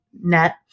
net